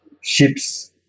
ships